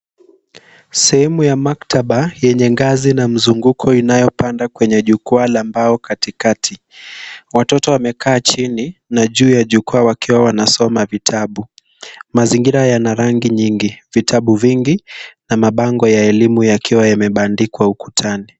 Sehemu ya maktaba yenye ngazi na mzunguko inayopanda kwenye jukwaa la mbao katikati. Watoto wamekaa chini na juu ya jukwaa wakiwa wanasoma vitabu. Mazingira yana rangi nyingi, vitabu vingi na mabango ya elimu yakiwa yamebandikwa ukutani.